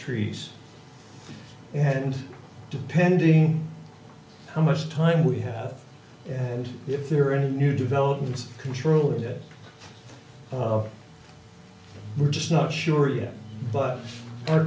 trees and depending how much time we have and if there are any new developments controlling it we're just not sure yet but our